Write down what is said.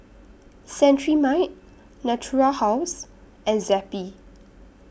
Cetrimide Natura House and Zappy